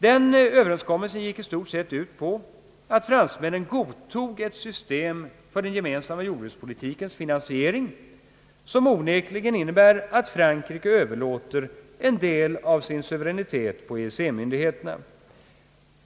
Den gick i stort sett ut på att fransmännen godtog ett system för den gemensamma = jordbrukspolitikens finansiering som onekligen innebär att Frankrike överlåter en del av sin suveränitet på EEC-myndigheterna.